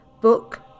book